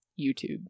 YouTube